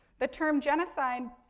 the term genocide,